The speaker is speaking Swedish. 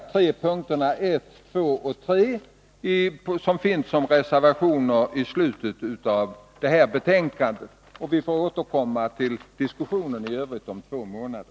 För dagen vill jag endast yrka bifall till reservationerna 1, 2 och 3 som är fogade till detta betänkande.